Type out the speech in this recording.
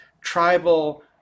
tribal